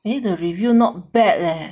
eh the review not bad leh